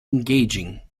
engaging